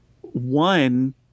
one